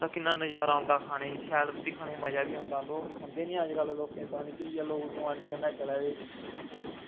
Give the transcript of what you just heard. किन्ना मज़ा औंदा रुट्टी खाने गी शैल नज़ारा औंदा मज़ा बी औंदा लोग खंदे गै नेईं अजकल्ल लोकें गी पता नेईं केह् होई गेआ लोग जमाने कन्नै चला दे